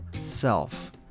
self